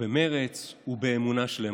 ובמרץ באמונה שלמה.